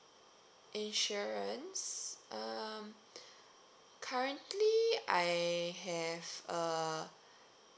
insurance uh currently I have a